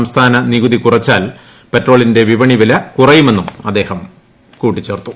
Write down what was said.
സംസ്ഥാന നികുതി കുറച്ചാൽ പ്രെട്രോളിന്റെ വിപണി വില കുറയുമെന്നും അദ്ദേഹം പറഞ്ഞു